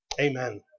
Amen